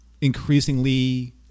increasingly